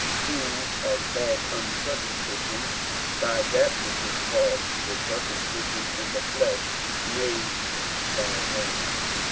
who are called uncircumcision by that which is called the circumcision in the flesh made by hands